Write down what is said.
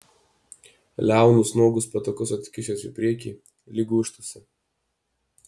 liaunus nuogus petukus atkišęs į priekį lyg gūžtųsi